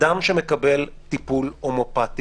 אדם שמקבל טיפול הומיאופתי